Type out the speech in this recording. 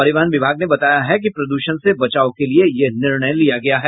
परिवहन विभाग ने बताया है कि प्रदूषण से बचाव के लिये यह निर्णय लिया गया है